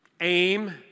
aim